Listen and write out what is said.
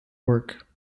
work